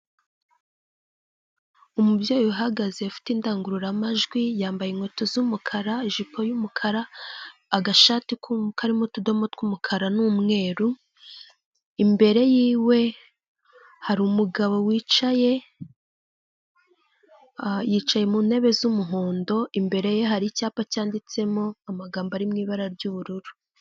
Umubyeyi uhagaze ufite indangururamajwi yambaye inkweto z'umukara, ijipo y'umukara, agashati karimo utudomo tw'umukara n'umweru, imbere yiwe hari umugabo wicaye, yicaye mu ntebe z'umuhondo imbere ye hari icyapa cyanditsemo amagambo ari mu ibara ry'ubururu.